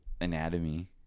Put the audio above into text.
anatomy